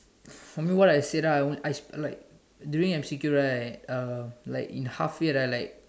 for me what I said ah I only I like during M_C_Q right uh like in halfway right like